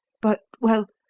but well,